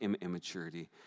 immaturity